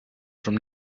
from